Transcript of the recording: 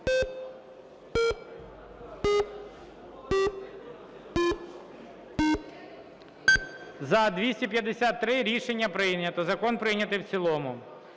За-253 Рішення прийнято. Закон прийнятий в цілому.